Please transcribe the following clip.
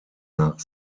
nach